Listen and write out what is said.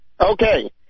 Okay